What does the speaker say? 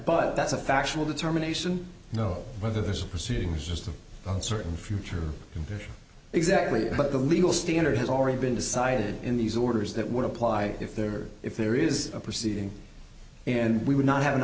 but that's a factual determination no whether there's a proceeding or system and certain future exactly but the legal standard has already been decided in these orders that would apply if there if there is a proceeding and we would not have an